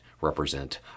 represent